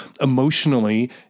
emotionally